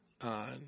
on